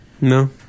No